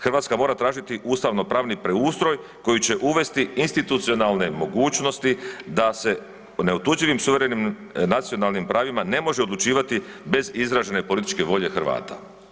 Hrvatska mora tražiti ustavno pravni preustroj koji će uvesti institucionalne mogućnosti da se neotuđivim suverenim nacionalnim pravima ne može odlučivati bez izražene političke volje Hrvata.